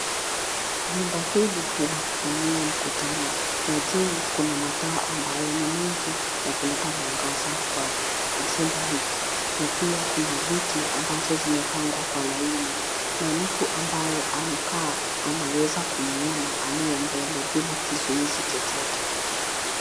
Chumba hili ni la kufanyia mkutano na juu kuna mataa ambayo ni mingi yakuleta mwangaza kwa chumba hiki na pia kuna viti ambazo zimepangwa kwa laini na mtu ambaye amekaa anaweza kumuona aliye mbele bila kizuizi chochote.